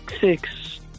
six